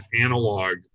analog